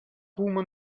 woman